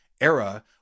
era